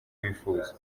wifuza